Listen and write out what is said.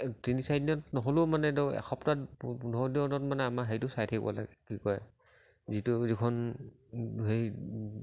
তিনি চাৰিদিনত নহ'লেও মানে ধৰক এসপ্তাহ পোন্ধৰ দিনত মানে আমাৰ হেৰিটো চাই থাকিব লাগে কি কয় যিটো যিখন হেৰি